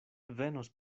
venos